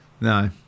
No